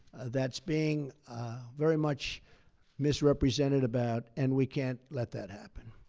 that's being very much misrepresented about, and we can't let that happen.